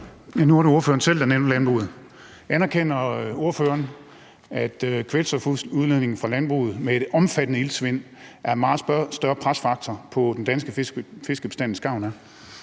Nu var det ordføreren selv, der nævnte landbruget. Anerkender ordføreren, at kvælstofudledningen fra landbruget og det medfølgende omfattende iltsvind er en meget større presfaktor for den danske fiskebestand, end skarven er?